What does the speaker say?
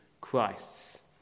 Christ's